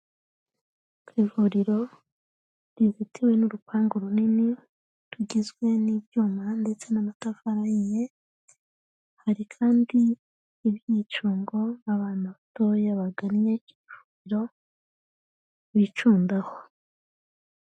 Ku ivuriro rizitiwe n'urupangu runini rugizwe n'ibyuma ndetse n'amatafari ahiye, hari kandi n'ibyicungo abana batoya bagannye ivuriro bicundaho.